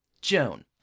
Joan